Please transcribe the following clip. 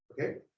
Okay